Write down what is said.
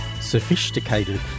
Sophisticated